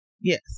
Yes